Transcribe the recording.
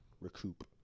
recoup